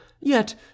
Yet